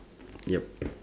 ya